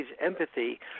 empathy